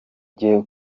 ujye